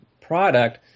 product